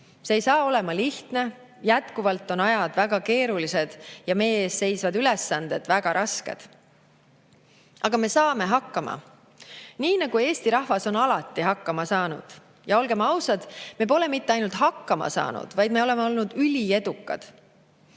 See ei saa olema lihtne, jätkuvalt on ajad väga keerulised ja meie ees seisvad ülesanded väga rasked. Aga me saame hakkama, nii nagu Eesti rahvas on alati hakkama saanud. Ja olgem ausad: me pole mitte ainult hakkama saanud, vaid me oleme olnud üliedukad.